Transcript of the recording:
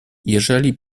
jeżeli